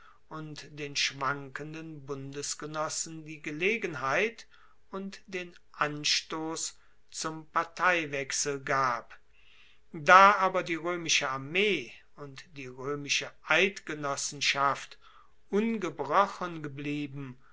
und den schwankenden bundesgenossen die gelegenheit und den anstoss zum parteiwechsel gab da aber die roemische armee und die roemische eidgenossenschaft ungebrochen geblieben